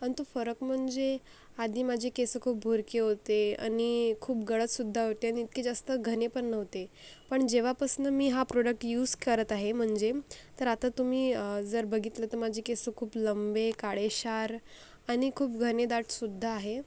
आणि तो फरक म्हणजे आधी माझे केस खूप भुर्के होते आणि खूप गळतसुद्धा होते आणि इतके जास्त घने पण नव्हते पण जेव्हापासनं मी हा प्रॉडक्ट यूज करत आहे म्हणजे तर आता तुम्ही जर बघितलं तर माझे केस खूप लंबे काळेशार आणि खूप घने दाटसुद्धा आहे